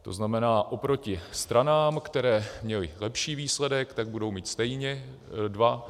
To znamená, oproti stranám, které měly lepší výsledek, tak budou mít stejně dva.